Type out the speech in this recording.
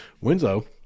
Winslow